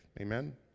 Amen